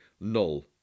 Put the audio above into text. null